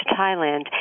Thailand